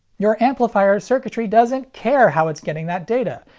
your amplifier's circuitry doesn't care how it's getting that data.